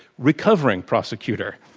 recovering prosecutor.